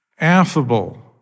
affable